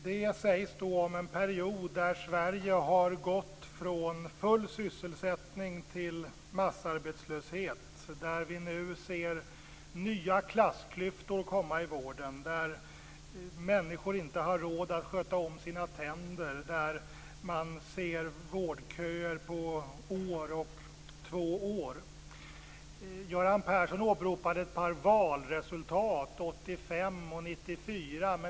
Detta sägs om en period där Sverige har gått från full sysselsättning till massarbetslöshet, där vi nu ser nya klassklyftor i vården, där människor inte har råd att sköta om sina tänder och där man ser vårdköer på två år. Göran Persson åberopade ett par valresultat, 1985 och 1994.